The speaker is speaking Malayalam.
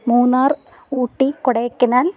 മൂന്നാർ ഊട്ടി കൊടൈക്കനാൽ